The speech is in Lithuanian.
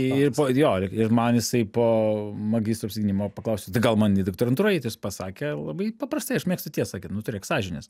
ir po jo ir man jisai po magistro apsigynimo paklausė tai gal man į doktorantūrą eit jis pasakė labai paprastai aš mėgstu tiesą nu turėk sąžinės